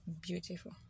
beautiful